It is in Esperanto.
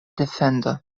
defendo